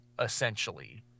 Essentially